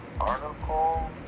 article